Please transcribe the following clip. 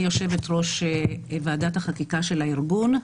אני יושבת ראש ועדת החקיקה של הארגון.